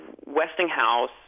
Westinghouse